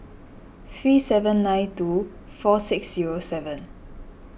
three seven nine two four six zero seven